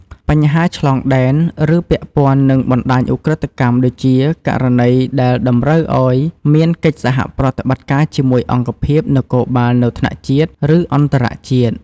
បញ្ហាឆ្លងដែន ឬពាក់ព័ន្ធនឹងបណ្តាញឧក្រិដ្ឋកម្មដូចជា ករណីដែលតម្រូវឱ្យមានកិច្ចសហប្រតិបត្តិការជាមួយអង្គភាពនគរបាលនៅថ្នាក់ជាតិ ឬអន្តរជាតិ។